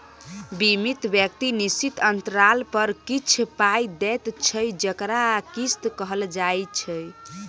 बीमित व्यक्ति निश्चित अंतराल पर किछ पाइ दैत छै जकरा किस्त कहल जाइ छै